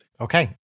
Okay